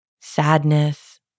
sadness